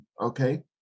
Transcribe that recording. okay